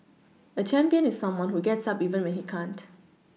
a champion is someone who gets up even when he can't